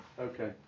Okay